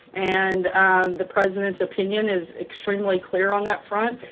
and um the president's opinion is extremely clear on that front.